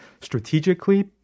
strategically